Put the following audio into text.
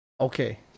Okay